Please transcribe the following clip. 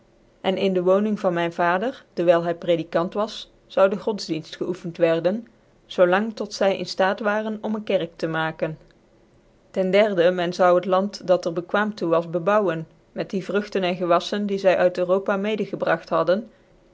en in dc woning van myn vader dewyl hy prcdicant was zou dc godsdicnft geocffent werden zoo lang tot zy in ftaat waren om een kerk te maken ten derde men zoude het land dat er bekwaam toe was bebouwen met die vrugtcn en gewaflen die zy uit europa medegebragt hadden